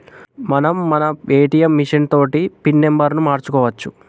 మనం మన ATM machine తోటి పిన్ నెంబర్ను మార్చుకోవచ్చు